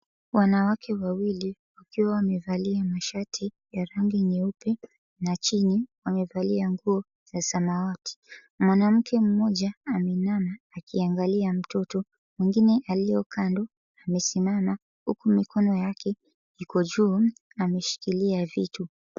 Wanawake wawili wakiwa wamevalia mashati ya rangi nyeupe na chini wamevalia nguo za samawati. Mwanamke mmoja ameinama akiangalia mtoto mwingine aliyekaa kando amesimama huku mikono yake iko juu ameshikilia vitu.